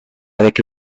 avec